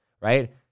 right